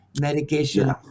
medication